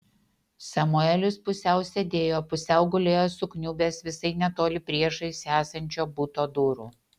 samuelis pusiau sėdėjo pusiau gulėjo sukniubęs visai netoli priešais esančio buto durų